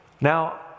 Now